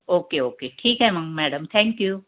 okay okay ठीक आहे मग मॅडम थँक यू